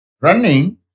Running